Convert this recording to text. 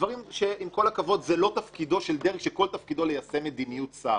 דברים שעם כל הכבוד זה לא תפקידו של דרג שכל תפקידו ליישם מדיניות שר.